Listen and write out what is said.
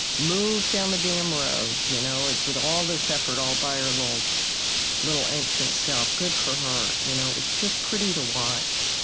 move down the damn road, you know with all this effort, all by her little little ancient self. good for her, you know? it was just pretty to watch